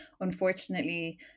unfortunately